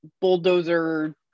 bulldozer